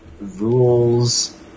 rules